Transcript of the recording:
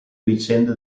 vicende